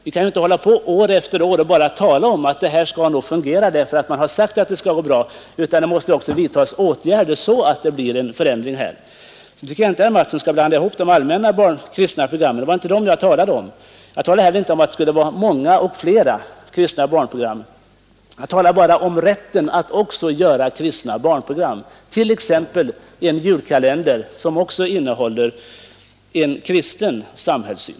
Vi kan inte år efter år bara tala om att opartiskhet och saklighet är riktmärket, utan åtgärder måste vidtas så att dessa teorier också slår igenom i praktiken. Jag tycker inte att herr Mattsson skall blanda in de allmänna kristna programmen. Det var inte dem jag talade om. Jag talade inte heller om att det skulle vara många och flera kristna barnprogram. Jag talade bara om möjligheten att göra också kristna barnprogram, t.ex. en julkalender som även innehåller en kristen samhällssyn.